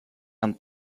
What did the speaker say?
and